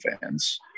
fans